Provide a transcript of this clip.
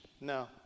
No